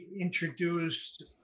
introduced